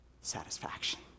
satisfaction